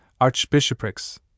archbishoprics